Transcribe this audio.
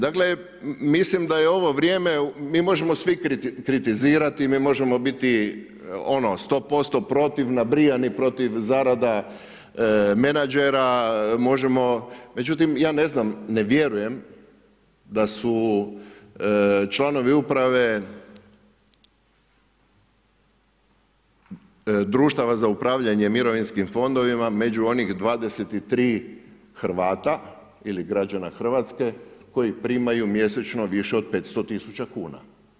Dakle mislim da je ovo vrijeme, mi možemo svi kritizirati, mi možemo biti ono 100% protiv, nabrijani protiv zarada menadžera, možemo međutim ja ne vjerujem da su članovi uprave društava za upravljanje mirovinskim fondovima među onih 23 Hrvata ili građana Hrvatske koji primaju mjesečno više od 500 tisuća kuna.